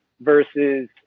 versus